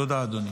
תודה, אדוני.